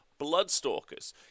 Bloodstalkers